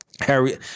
Harry